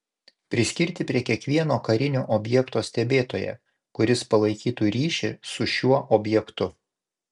priskirti prie kiekvieno karinio objekto stebėtoją kuris palaikytų ryšį su šiuo objektu